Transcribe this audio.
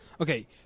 Okay